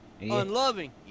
Unloving